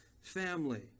family